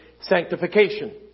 sanctification